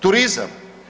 Turizam.